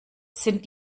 sind